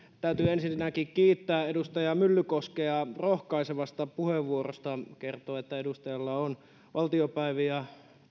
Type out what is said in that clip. täytyy ensinnäkin kiittää edustaja myllykoskea rohkaisevasta puheenvuorosta kertoo että edustajalla on valtiopäiviä